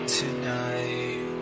tonight